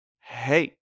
Hey